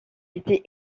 été